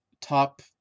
top